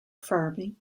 farming